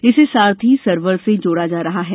इसे सारथी सर्वर से जोड़ा जा रहा है